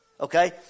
Okay